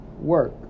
work